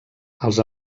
els